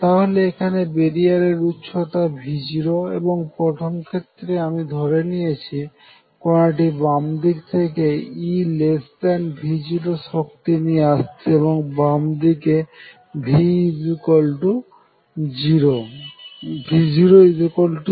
তাহলে এখানে বেরিয়ারের উচ্চতা V0 এবং প্রথম ক্ষেত্রে আমি ধরে নিয়েছি কোনাটি বাম দিক থেকে EV0 শক্তি নিয়ে আসছে এবং বামদিকে V00